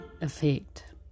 effect